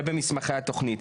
זה במסמכי התוכנית.